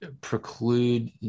preclude